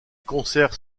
concerts